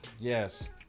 yes